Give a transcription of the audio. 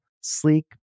sleek